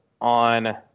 on